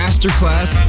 Masterclass